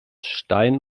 stein